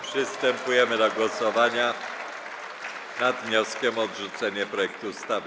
Przystępujemy do głosowania nad wnioskiem o odrzucenie projektu ustawy.